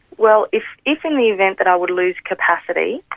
well, if if in the event that i would lose capacity,